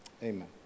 Amen